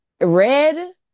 Red